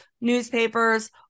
newspapers